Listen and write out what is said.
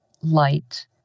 light